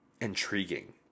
intriguing